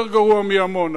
זה יותר גרוע מעמונה,